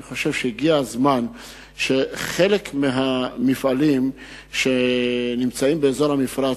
אני חושב שהגיע הזמן שחלק מהמפעלים שנמצאים באזור המפרץ,